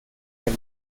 del